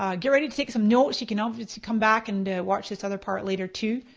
um get ready to take some notes. you can always come back and watch this other part later too.